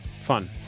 fun